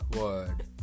Word